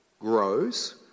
grows